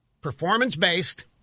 Performance-based